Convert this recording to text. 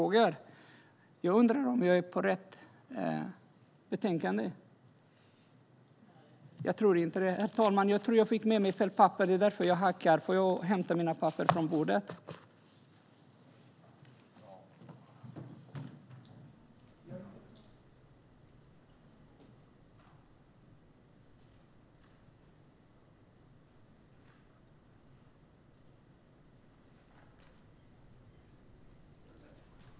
Jag undrar om jag är på rätt betänkande. Jag tror inte det. Herr ålderspresident, jag tror att jag fick med mig fel papper. Får jag hämta mina papper från bänken?